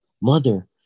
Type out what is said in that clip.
Mother